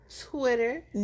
Twitter